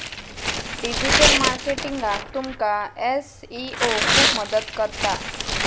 digital मार्केटिंगाक तुमका SEO खूप मदत करता